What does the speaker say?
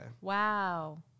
Wow